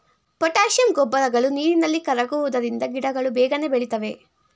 potassium ಗೊಬ್ಬರಗಳು ನೀರಿನಲ್ಲಿ ಕರಗುವುದರಿಂದ ಗಿಡಗಳು ಬೇಗನೆ ಬೆಳಿತವೆ